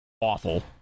awful